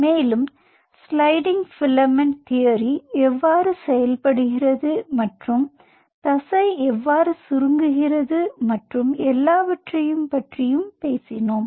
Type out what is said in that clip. மேலும் sliding filament theory எவ்வாறு செயல்படுகிறது மற்றும் தசை எவ்வாறு சுருங்குகிறது மற்றும் எல்லாவற்றையும் பற்றி பேசினோம்